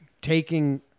taking